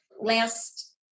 last